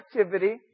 activity